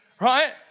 right